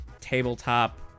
tabletop